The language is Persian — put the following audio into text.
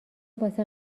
واسه